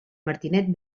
martinet